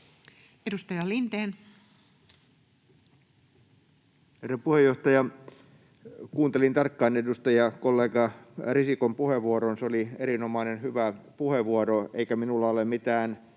18:25 Content: Rouva puheenjohtaja! Kuuntelin tarkkaan edustajakollega Risikon puheenvuoron. Se oli erinomainen, hyvä puheenvuoro, eikä minulla ole mitään